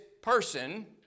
person